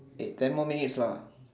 hey ten more minutes lah